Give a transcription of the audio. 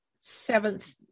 seventh